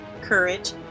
courage